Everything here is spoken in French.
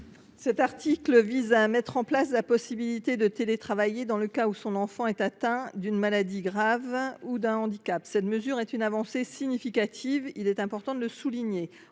Cet article vise à mettre en place la possibilité de télétravailler dans le cas où son enfant est atteint d’une maladie grave ou d’un handicap. Cette mesure constitue une avancée significative, il est important de le souligner.